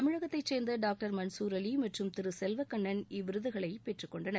தமிழகத்தைசேர்ந்தடாக்டர் மன்சூர்அலிமற்றும் திருசெல்வக்கண்ணன் இவ்விருதுகளைபெற்றுக் கொண்டனர்